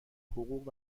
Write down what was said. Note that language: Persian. حقوق